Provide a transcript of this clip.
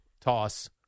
toss